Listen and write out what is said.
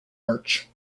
arch